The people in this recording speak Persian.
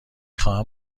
خواهم